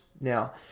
Now